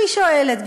אני שואלת,